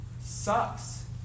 sucks